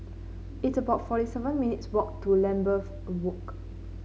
it's about forty seven minutes' walk to Lambeth Walk